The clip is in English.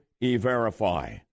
E-Verify